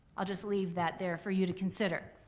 i'll just leave that there for you to consider.